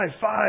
five